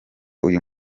uyu